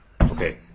Okay